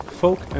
folk